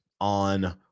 on